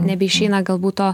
nebeišeina galbūt to